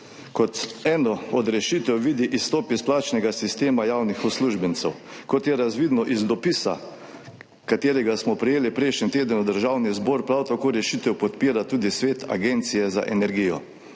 Kot eno od rešitev vidi izstop iz plačnega sistema javnih uslužbencev. Kot je razvidno iz dopisa, ki smo ga prejeli prejšnji teden v Državni zbor, rešitev prav tako podpira tudi svet Agencije za energijo.